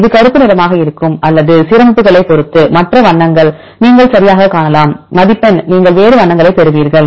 இது கருப்பு நிறமாக இருக்கும் அல்லது சீரமைப்புகளைப் பொறுத்து மற்ற வண்ணங்களை நீங்கள் சரியாகக் காணலாம் மதிப்பெண் நீங்கள் வேறு வண்ணங்களைப் பெறுவீர்கள்